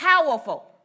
powerful